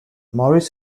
morris